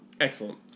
Excellent